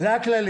הכללים.